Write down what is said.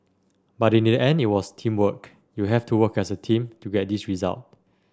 but in the end it was teamwork you have to work as a team to get this result